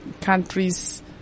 countries